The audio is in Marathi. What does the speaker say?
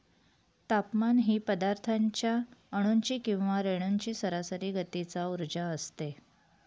तापमान ही पदार्थाच्या अणूंची किंवा रेणूंची सरासरी गतीचा उर्जा असते